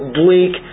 bleak